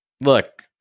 look